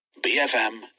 BFM